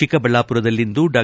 ಚಿಕ್ಕಬಳ್ಳಾಪುರದಲ್ಲಿಂದು ಡಾ